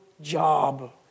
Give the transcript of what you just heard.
job